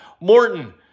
Morton